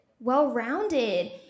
well-rounded